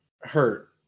hurt